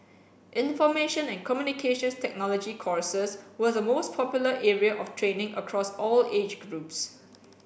information and Communications Technology courses were the most popular area of training across all age groups